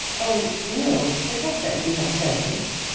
oh, will, forget that you have said this.